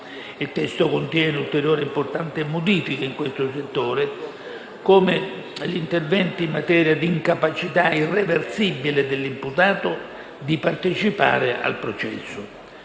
Il testo contiene ulteriori importanti modifiche in questo settore, come gli interventi in materia d'incapacità irreversibile dell'imputato di partecipare al processo;